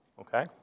okay